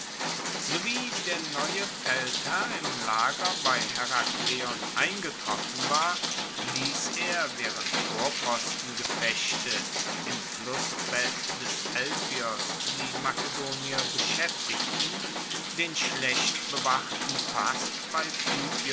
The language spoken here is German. sowie der neue feldherr im lager bei herakleion eingetroffen war liess er waehrend vorpostengefechte im flussbett des elpios die makedonier beschaeftigten den schlecht bewachten pass bei